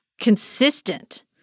consistent